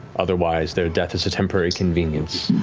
otherwise, their death is a temporary convenience.